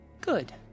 Good